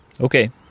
Okay